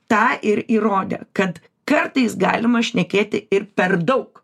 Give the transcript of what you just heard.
tą ir įrodė kad kartais galima šnekėti ir per daug